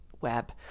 web